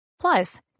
Plus